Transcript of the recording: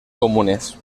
comunes